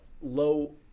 low